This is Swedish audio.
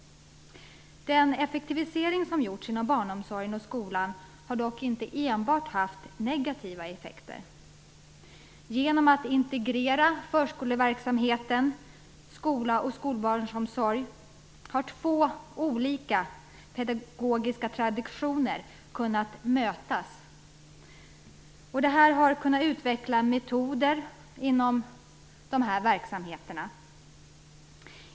Den effektivisering som gjorts inom barnomsorgen och skolan har dock inte enbart haft negativa effekter. Genom integrering av förskoleverksamheten, skolan och skolbarnsomsorgen har två olika pedagogiska traditioner kunnat mötas. Detta har lett till att man har kunnat utveckla metoderna inom dessa verksamheter.